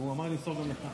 הודעה ליושב-ראש